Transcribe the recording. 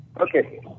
Okay